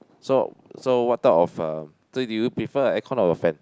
so so what type of uh so do you prefer a aircon or a fan